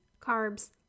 carbs